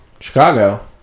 Chicago